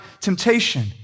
temptation